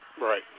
Right